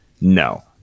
no